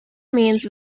means